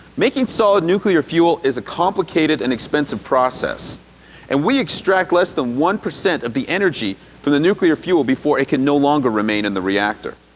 making solid nuclear fuel is a complicated and expensive process and we extract less than one percent of the energy from the nuclear fuel before it can no longer remain in the reactor.